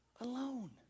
alone